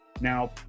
Now